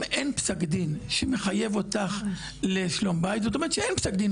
אם אין פסק דין שמחייב אותך לשלום בית זאת אומרת שאין פסק דין כזה.